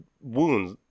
wounds